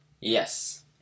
Yes